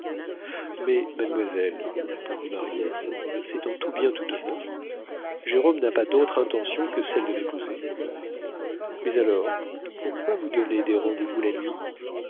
mais mademoiselle répondit mariette c'est en tout bien tout honneur jérôme n'a pas d'autre intention que celle de m'épouser mais alors pourquoi vous donner des rendez-vous la nuit